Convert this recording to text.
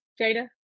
Jada